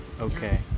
Okay